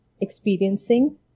experiencing